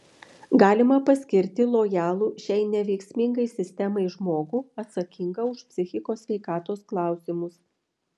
galima paskirti lojalų šiai neveiksmingai sistemai žmogų atsakingą už psichikos sveikatos klausimus